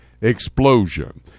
explosion